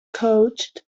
coached